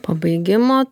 po baigimo